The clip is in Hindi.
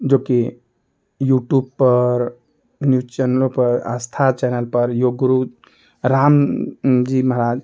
जो कि यूट्यूब पर न्यूज़ चैनल पर आस्था चैनल पर योग गुरु राम जी महाराज